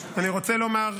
לומר,